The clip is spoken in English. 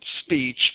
speech